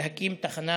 להקים תחנה